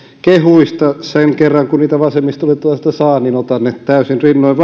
kehuista sen kerran kun niitä vasemmistoliittolaiselta saan otan ne täysin rinnoin